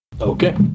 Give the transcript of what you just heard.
Okay